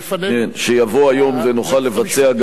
שיבוא היום ונוכל לבצע גם אותו.